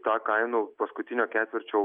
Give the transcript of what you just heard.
tą kainų paskutinio ketvirčio